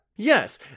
yes